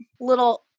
little